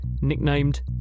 nicknamed